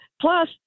Plus